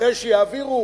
אחרי שיעבירו